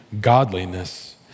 godliness